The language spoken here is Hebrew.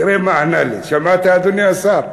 תראה מה ענה לי, שמעת, אדוני השר?